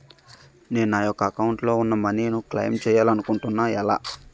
నేను నా యెక్క అకౌంట్ లో ఉన్న మనీ ను క్లైమ్ చేయాలనుకుంటున్నా ఎలా?